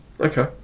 Okay